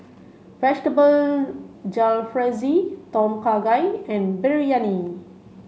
Vegetable Jalfrezi Tom Kha Gai and Biryani